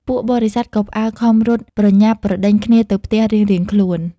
ពួកបរិស័ទក៏ផ្អើលខំរត់ប្រញាប់ប្រដេញគ្នាទៅផ្ទះរៀងៗខ្លួន។